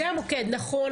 נכון,